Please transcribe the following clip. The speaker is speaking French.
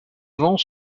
vents